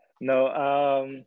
No